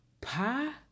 Pie